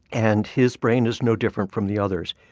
and his brain is no different from the others.